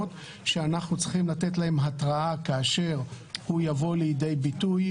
שאנחנו צריכים לתת להם התרעה כאשר הם יבואו לידי ביטוי,